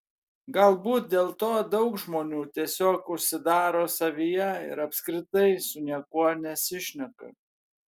galbūt dėl to daug žmonių tiesiog užsidaro savyje ir apskritai su niekuo nesišneka